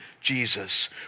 Jesus